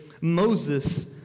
Moses